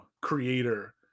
creator